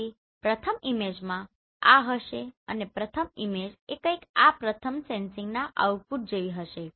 તેથી પ્રથમ ઈમેજમાં આ હશે અને પ્રથમ ઈમેજ એ કઇંક આ પ્રથમ સેન્સીંગના આઉટપુટ જેવી હશે